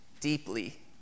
deeply